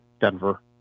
Denver